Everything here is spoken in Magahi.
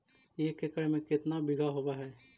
एक एकड़ में केतना बिघा होब हइ?